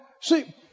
See